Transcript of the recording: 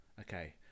okay